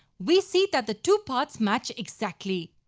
we see that the two parts match exactly.